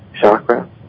chakra